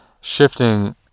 shifting